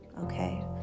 okay